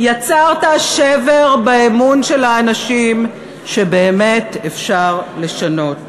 יצרת שבר באמון של האנשים שבאמת אפשר לשנות.